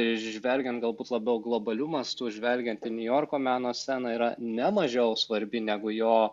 žvelgiant galbūt labiau globaliu mastu žvelgiant į niujorko meno sceną yra ne mažiau svarbi negu jo